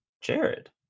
Jared